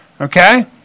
Okay